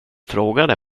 frågade